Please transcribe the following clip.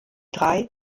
drei